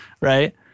right